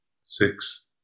six